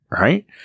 right